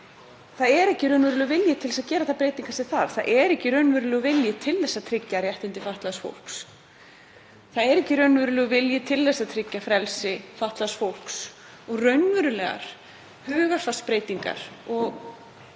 það er ekki raunverulegur vilji til að gera þær breytingar sem þarf? Það er ekki raunverulegur vilji til þess að tryggja réttindi fatlaðs fólks. Það er ekki raunverulegur vilji til þess að tryggja frelsi fatlaðs fólks og raunverulegar hugarfarsbreytingar og